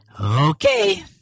Okay